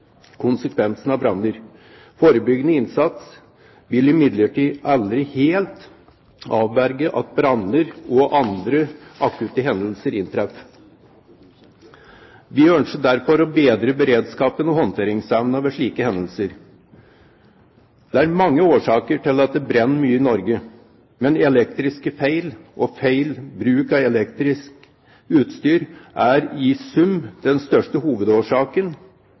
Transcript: av branner. Forebyggende innsats vil imidlertid aldri helt avverge at branner og andre akutte hendelser inntreffer. Vi ønsker derfor å bedre beredskapen og håndteringsevnen ved slike hendelser. Det er mange årsaker til at det brenner mye i Norge, men elektriske feil og feil bruk av elektrisk utstyr er i sum den største hovedårsaken